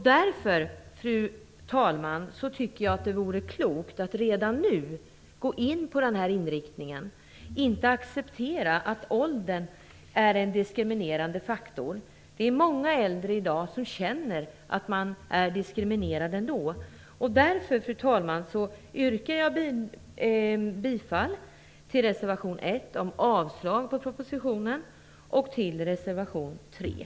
Därför, fru talman, vore det klokt att redan nu gå in på den här inriktningen och inte acceptera att åldern är en diskriminerande faktor. Många äldre känner sig i dag diskriminerade ändå. Jag yrkar därför, fru talman, bifall till reservation Tack!